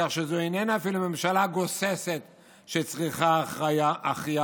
כך שזו איננה אפילו ממשלה גוססת שצריכה החייאה,